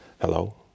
Hello